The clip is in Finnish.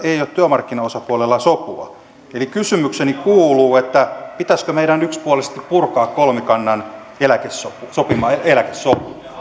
ei ole työmarkkinaosapuolella sopua eli kysymykseni kuuluu pitäisikö meidän yksipuolisesti purkaa kolmikannan sopima eläkesopu